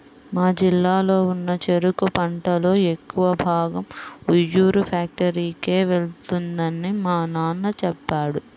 మా జిల్లాలో ఉన్న చెరుకు పంటలో ఎక్కువ భాగం ఉయ్యూరు ఫ్యాక్టరీకే వెళ్తుందని మా నాన్న చెప్పాడు